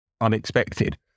unexpected